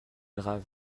grave